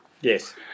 Yes